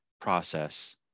process